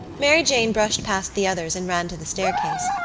mary jane brushed past the others and ran to the staircase,